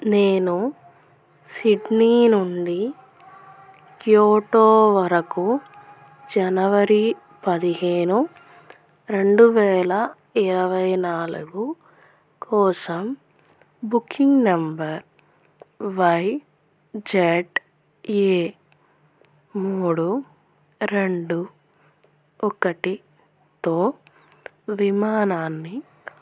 నేను సిడ్నీ నుండి క్యోటో వరకు జనవరి పదిహేను రెండు వేల ఇరవై నాలుగు కోసం బుకింగ్ నెంబర్ వైజడ్ఏ మూడు రెండు ఒకటితో విమానాన్ని